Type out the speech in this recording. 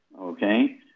okay